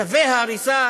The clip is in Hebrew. צווי ההריסה